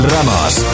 Ramos